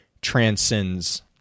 transcends